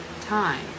time